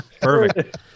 Perfect